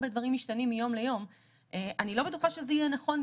אני מבינה שרוצים לעשות הסדרה,